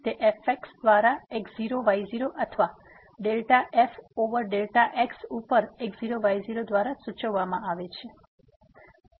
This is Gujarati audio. તે fx દ્વારા x0y0 અથવા ડેલ્ટા f ઓવર x ઉપર x0y0 દ્વારા સૂચવવામાં આવે છે